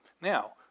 Now